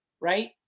right